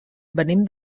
venim